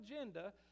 agenda